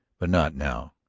but not now.